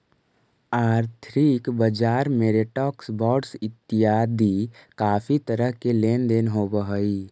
आर्थिक बजार में स्टॉक्स, बॉंडस इतियादी काफी तरह के लेन देन होव हई